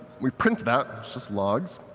we print that. it's just logs.